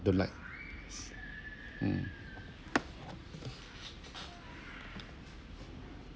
don't like yes mm